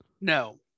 no